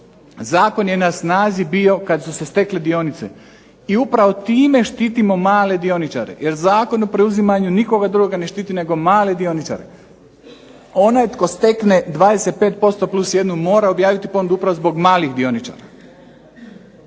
Zakon je na snazi bio kada su se stekle dionice i upravo time štitimo male dioničare, jer Zakon o preuzimanju nikoga drugoga ne štiti nego male dioničare. Onaj koji stekne 25% plus jednu mora objaviti ponudu upravo zbog malih dioničara.